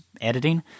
Editing